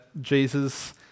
Jesus